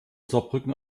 saarbrücken